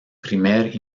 primer